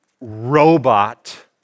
robot